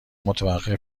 متوقف